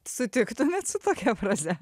sutiktumėt su tokia fraze